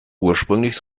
ursprünglich